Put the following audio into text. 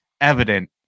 evident